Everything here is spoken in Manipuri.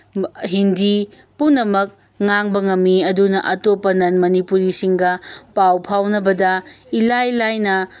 ꯍꯤꯟꯗꯤ ꯄꯨꯅꯝꯛ ꯉꯥꯡꯕ ꯉꯝꯃꯤ ꯑꯗꯨꯅ ꯑꯇꯣꯞꯄ ꯅꯟ ꯃꯅꯤꯄꯨꯔꯤꯁꯤꯡꯒ ꯄꯥꯎ ꯐꯧꯅꯕꯗ ꯏꯂꯥꯏ ꯂꯥꯏꯅ